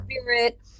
spirit